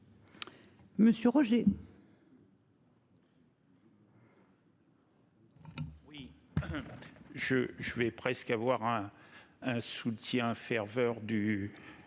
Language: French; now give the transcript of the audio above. Monsieur Roger. Oui. Je je vais presque avoir un, un soutien ferveur du.